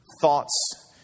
thoughts